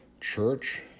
church